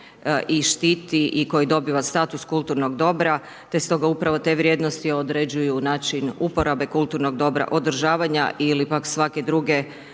i štiti i koje dobiva status kulturnog dobra te stoga upravo te vrijednosti određuju način uporabe kulturnog dobra, održavanja ili pak svake druge